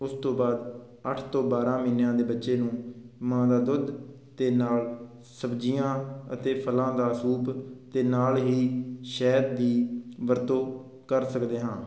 ਉਸ ਤੋਂ ਬਾਅਦ ਅੱਠ ਤੋਂ ਬਾਰ੍ਹਾਂ ਮਹੀਨਿਆਂ ਦੇ ਬੱਚੇ ਨੂੰ ਮਾਂ ਦਾ ਦੁੱਧ ਅਤੇ ਨਾਲ ਸਬਜ਼ੀਆਂ ਅਤੇ ਫਲਾਂ ਦਾ ਸੂਪ ਅਤੇ ਨਾਲ ਹੀ ਸ਼ਹਿਦ ਦੀ ਵਰਤੋਂ ਕਰ ਸਕਦੇ ਹਾਂ